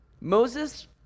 Moses